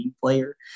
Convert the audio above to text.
player